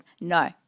no